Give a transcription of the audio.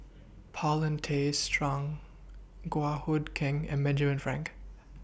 Paulin Tay Straughan Goh Hood Keng and Benjamin Frank